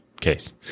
case